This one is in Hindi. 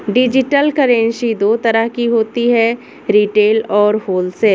डिजिटल करेंसी दो तरह की होती है रिटेल और होलसेल